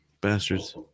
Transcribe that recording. Bastards